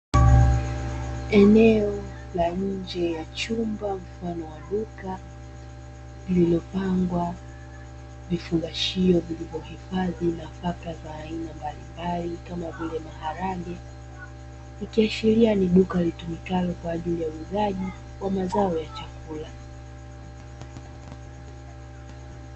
Eneo la nje la chumba mfano wa duka vipangwa vifungashio vilivohifadhi nafaka za aina mbalimbali kama vile maharage, ikiashiria ni duka litumikalo kwa ajili ya uuzaji wa mazao ya chakula.